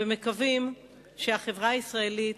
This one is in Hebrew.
ומקווים שהחברה הישראלית